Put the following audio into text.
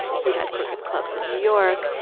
he had crooked clubs in new york.